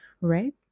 right